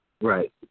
right